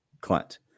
Clint